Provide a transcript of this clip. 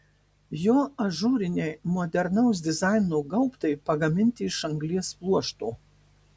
jo ažūriniai modernaus dizaino gaubtai pagaminti iš anglies pluošto